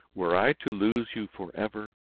were i to lose you forever,